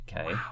Okay